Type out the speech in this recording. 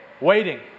waiting